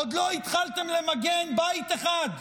עוד לא התחלתם למגן בית אחד,